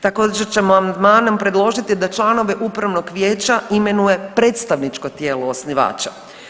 Također ćemo amandmanom predložiti da članove upravnog vijeća imenuje predstavničko tijelo osnivača.